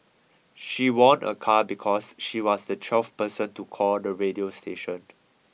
she won a car because she was the twelfth person to call the radio station